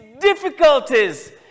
difficulties